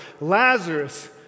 Lazarus